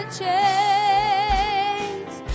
chains